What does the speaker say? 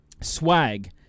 swag